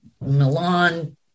Milan